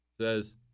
says